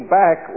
back